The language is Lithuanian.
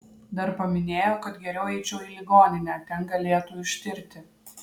dar paminėjo kad geriau eičiau į ligoninę ten galėtų ištirti